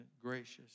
gracious